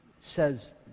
says